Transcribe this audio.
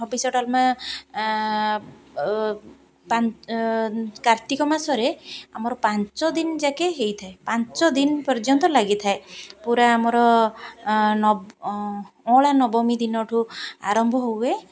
ହବିଷ ଡାଲମା କାର୍ତ୍ତିକ ମାସରେ ଆମର ପାଞ୍ଚ ଦିନ ଯାକେ ହେଇଥାଏ ପାଞ୍ଚ ଦିନ ପର୍ଯ୍ୟନ୍ତ ଲାଗିଥାଏ ପୁରା ଆମର ଅଁଳା ନବମୀ ଦିନ ଠୁ ଆରମ୍ଭ ହୁଏ